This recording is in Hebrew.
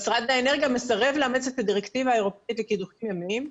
משרד האנרגיה מסרב לאמץ את הדירקטיבה האירופאית לקידוחים ימיים.